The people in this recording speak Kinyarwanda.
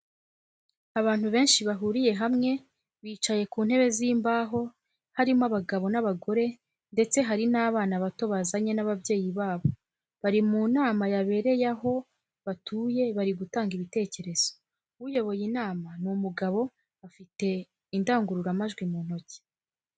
Abantu benshi bahuriye hamwe bicaye ku ntebe z'imbaho barimo abagabo n'abagore ndetse hari n'abana bato bazanye n'ababyeyi babo bari mu nama yabereye aho batuye bari gutanga ibitekerezo, uyoboye inama ni umugabo afite indangururamajwi mu ntoki.